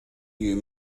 you